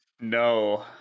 No